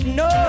no